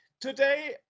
Today